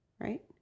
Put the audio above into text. Right